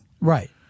right